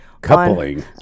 coupling